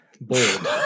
Bold